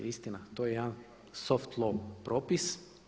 Istina to je jedan soft low propis.